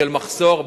של מחסור.